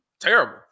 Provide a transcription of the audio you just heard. terrible